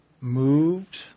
moved